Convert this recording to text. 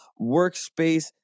workspace